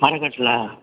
மரக்கட்டிலா